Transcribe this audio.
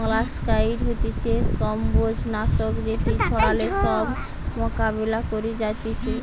molluscicide হতিছে কম্বোজ নাশক যেটি ছড়ালে সব মোলাস্কা মরি যাতিছে